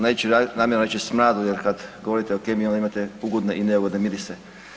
Neću namjerno reći smradu jer kad govorite o kemiji, onda imate ugodne i neugodne mirise.